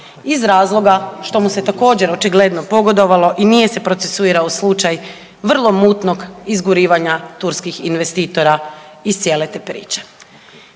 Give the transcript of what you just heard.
iz razloga što mu se također očigledno pogodovalo i nije se procesuirao slučaj vrlo mutnog izgurivanja turskih investitora iz cijele te priče.